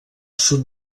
sud